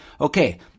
Okay